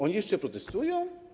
Oni jeszcze protestują?